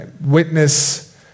Witness